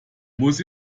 muss